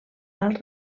alt